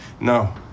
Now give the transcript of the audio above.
No